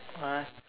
uh